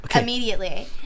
immediately